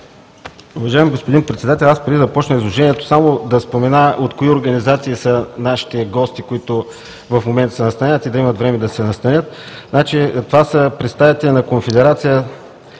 Уважаеми господин Председател, преди да започна изложението си, само да спомена от кои организации са нашите гости, които в момента се настаняват, за да имат време да се настанят. Това са представители на Конфедерация